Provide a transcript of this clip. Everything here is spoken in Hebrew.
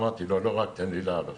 אמרתי לו: לא, רק תן לי לעלות.